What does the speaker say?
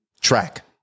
track